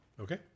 Okay